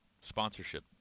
sponsorship